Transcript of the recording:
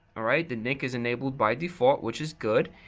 ah right, the nic is enabled by default, which is good.